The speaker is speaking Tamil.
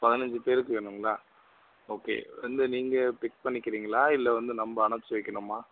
பதினைஞ்சு பேருக்கு வேணுங்களா ஓகே வந்து நீங்கள் பிக் பண்ணிக்கிறிங்ளா இல்லை வந்து நம்ம அனுப்பிச்சி வைக்கணுமா